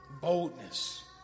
boldness